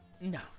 No